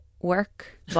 work